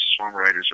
songwriters